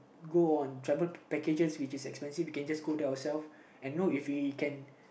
go on travel packages which is expensive we can just go to ourselves and know if we can